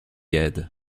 aide